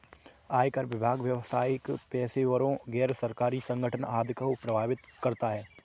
आयकर विभाग व्यावसायिक पेशेवरों, गैर सरकारी संगठन आदि को प्रभावित करता है